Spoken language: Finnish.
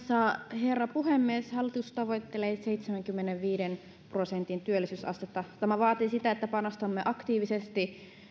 herra puhemies hallitus tavoittelee seitsemänkymmenenviiden prosentin työllisyysastetta tämä vaatii sitä että panostamme aktiivisesti